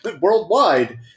worldwide